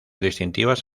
distintivas